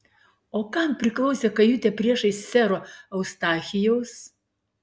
o kam priklausė kajutė priešais sero eustachijaus